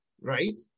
right